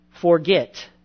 forget